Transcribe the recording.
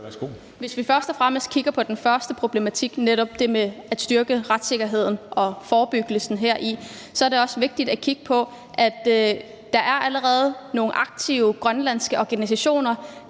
Hvis vi kigger på den første problematik, netop det med at styrke retssikkerheden og forebyggelsen her, så er det også vigtigt at kigge på, at der allerede er nogle aktive grønlandske organisationer,